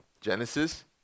Genesis